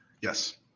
Yes